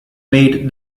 made